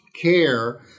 care